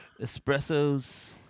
Espressos